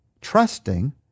trusting